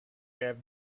have